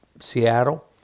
Seattle